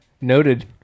noted